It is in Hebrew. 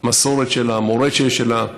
מסורת שלה, מורשת שלה,